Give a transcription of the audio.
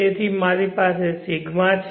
તેથી મારી પાસે ρ છે